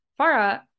Farah